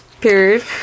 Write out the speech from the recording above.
period